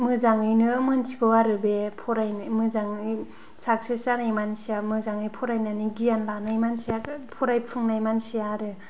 मोजाङैनो मिन्थिगौ आरो बि फरायनाय मोजाङै साक्सेस जानाय मानसिया मोजाङै फरायनानै गियान लानाय मानसिया फरायफुंनाय मानसिया आरो